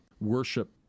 worship